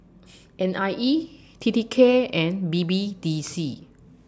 N I E T T K and B B D C